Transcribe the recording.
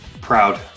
Proud